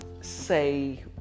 say